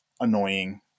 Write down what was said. annoying